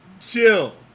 Chill